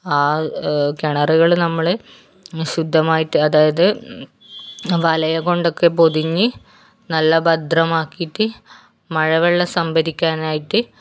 കിണറുകൾ നമ്മള് ശുദ്ധമായിട്ട് അതായത് വലയും കൊണ്ടക്കെ പൊതിഞ്ഞ് നല്ല ഭദ്രമാക്കിയിട്ട് മഴ വെള്ളം സംഭരിക്കാനായിട്ട്